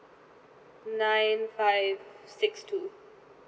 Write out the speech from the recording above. nine five six two